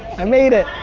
i made it.